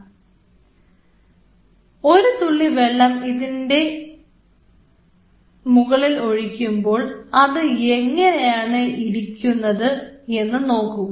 ആ ഒരു തുള്ളി വെള്ളം എങ്ങനെയാണ് ഇതിൻറെ ഇരിക്കുക എന്ന് നോക്കുക